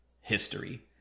history